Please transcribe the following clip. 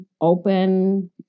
open